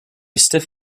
stiff